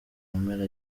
mpera